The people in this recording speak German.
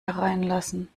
hereinlassen